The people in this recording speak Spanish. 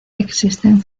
existen